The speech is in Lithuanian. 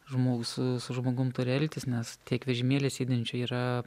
žmogų su žmogum turi elgtis nes tiek vežimėly sėdinčių yra